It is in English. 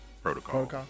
Protocol